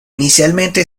inicialmente